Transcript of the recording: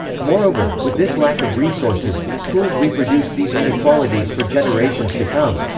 moreover, with this lack of resources, schools reproduce these inequalities for generations to come.